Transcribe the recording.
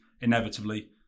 inevitably